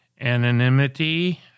anonymity